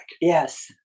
Yes